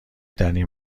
دنی